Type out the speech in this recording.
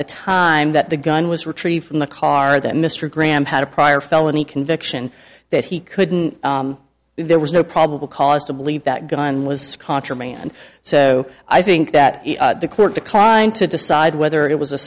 the time that the gun was retrieved from the car that mr graham had a prior felony conviction that he couldn't there was no probable cause to believe that gun was contraband so i think that the court declined to decide whether it was a